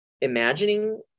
imagining